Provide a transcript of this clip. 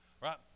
Right